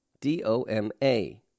D-O-M-A